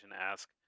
ask